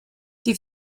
die